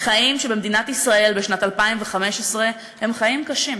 חיים שבמדינת ישראל בשנת 2015 הם חיים קשים.